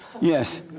Yes